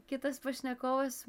kitas pašnekovas